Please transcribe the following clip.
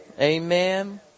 Amen